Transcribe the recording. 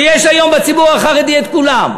ויש היום בציבור החרדי את כולם.